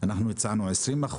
אנחנו הצענו 20%,